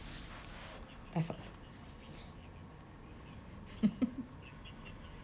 as